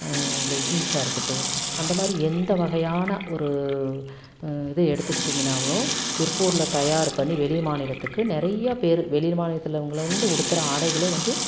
லெகின்ஸ்ஸாக இருக்கட்டும் அந்தமாதிரி எந்த வகையான ஒரு இது எடுத்துகிட்டீங்கனாலும் திருப்பூர்ல தயார் பண்ணி வெளி மாநிலத்துக்கு றைநியா பேர் வெளி மாநிலத்திலவங்கள வந்து உடுத்துகிற ஆடைகளே வந்து